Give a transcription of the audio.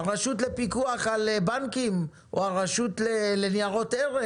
הרשות לפיקוח על בנקים או הרשות לניירות ערך.